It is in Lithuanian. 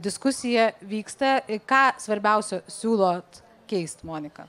diskusija vyksta ką svarbiausio siūlot keist monika